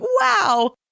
wow